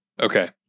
Okay